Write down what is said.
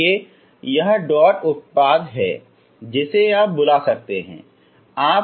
इसलिए यह डॉट उत्पाद है जिसे आप बुला सकते हैं